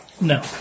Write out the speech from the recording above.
No